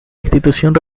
institución